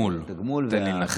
תגמול, תן לי לנחש.